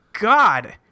god